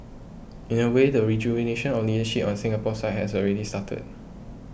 in a way the rejuvenation of leadership on Singapore side has already started